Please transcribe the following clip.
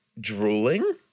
drooling